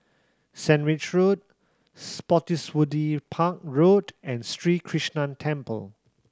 Sandwich Road Spottiswoode Park Road and Sri Krishnan Temple